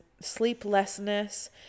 sleeplessness